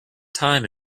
time